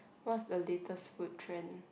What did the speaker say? what the latest food trend